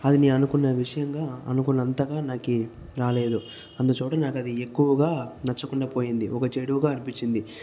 అది నేను అనుకున్న విషయంగా అనుకున్నంతగా నాకి రాలేదు అందుచోట నాకు అది ఎక్కువగా నచ్చకుండా పోయింది ఒక చెడుగా అనిపించింది